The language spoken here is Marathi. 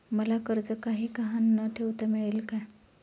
मला कर्ज काही गहाण न ठेवता मिळेल काय?